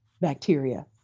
bacteria